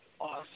awesome